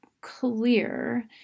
clear